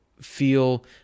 feel